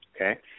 Okay